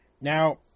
Now